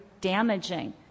damaging